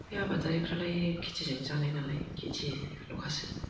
बे आबादारिफ्रालाय खेथिजोंनो जानाय नालाय खेथि लखासो